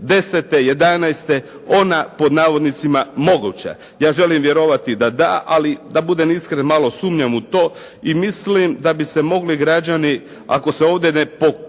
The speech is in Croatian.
da li je 2009., 10., 11. ona „moguća“. Ja želim vjerovati da da, ali da budem iskren malo sumnjam u to, i mislim da bi se mogli građani ako se ovdje ne pokaže